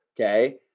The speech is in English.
Okay